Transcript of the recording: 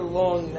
long